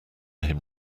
him